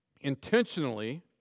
intentionally